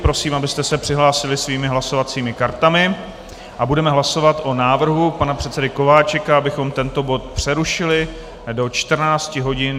Prosím, abyste se přihlásili svými hlasovacími kartami, a budeme hlasovat o návrhu panu předsedy Kováčika, abychom tento bod přerušili do 14.40 hodin.